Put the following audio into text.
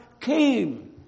came